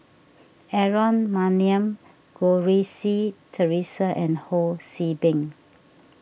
Aaron Maniam Goh Rui Si theresa and Ho See Beng